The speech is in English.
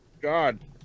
god